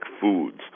foods